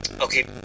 okay